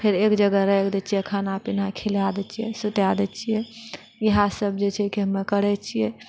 फिर एक जगह राखि देइत छिऐ खाना पिना खिलाइ देइ छिऐ सुता देइ छिऐ इएह सभ जे छै कि हमे करैत छिऐ